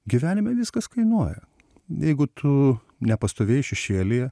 gyvenime viskas kainuoja jeigu tu nepastovėjai šešėlyje